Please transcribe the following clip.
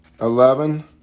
Eleven